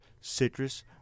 citrus